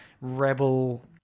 rebel